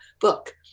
book